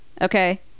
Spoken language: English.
Okay